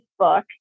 Facebook